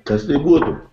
kas tai būtų